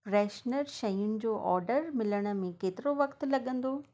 freshener शयुनि जो order मिलण में केतिरो वक़्तु लॻंदो